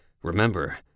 Remember